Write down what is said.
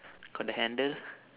got the handle